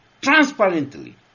transparently